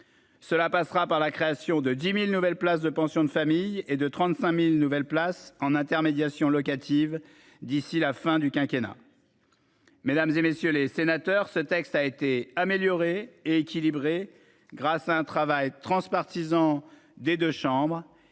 Cela passera par la création de 10.000 nouvelles places de pension de famille et de 35.000 nouvelles places en intermédiation locative d'ici la fin du quinquennat. Mesdames, et messieurs les sénateurs. Ce texte a été améliorée et équilibré. Grâce à un travail transpartisan des deux chambres,